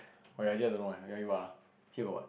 wait I just don't know eh you want eat what uh here got what